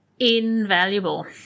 invaluable